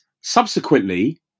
subsequently